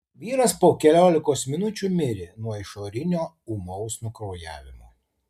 vyras po keliolikos minučių mirė nuo išorinio ūmaus nukraujavimo